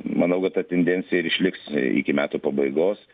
manau kad ta tendencija ir išliks iki metų pabaigos